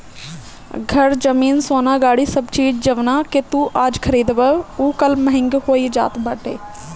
घर, जमीन, सोना, गाड़ी सब चीज जवना के तू आज खरीदबअ उ कल महंग होई जात बाटे